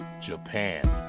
Japan